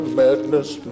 madness